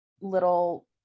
little